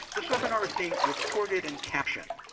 this webinar is being recorded and captioned.